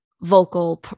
vocal